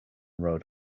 rode